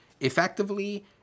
Effectively